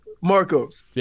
Marcos